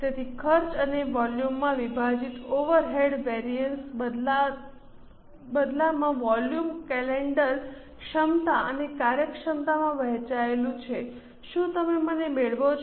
તેથી ખર્ચ અને વોલ્યુમમાં વિભાજિત ઓવરહેડ વેરિઅન્સ બદલામાં વોલ્યુમ કલેન્ડર ક્ષમતા અને કાર્યક્ષમતામાં વહેંચાયેલું છે શું તમે મને મેળવો છો